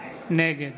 נגד